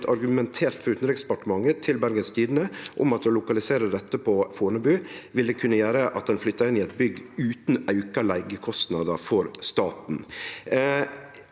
argumentert frå Utanriksdepartementet til Bergens Tidende at å lokalisere dette på Fornebu ville kunne gjere at ein flytta inn i eit bygg utan auka leigekostnader for staten.